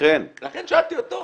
לכן שאלתי אותו.